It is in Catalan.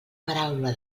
paraula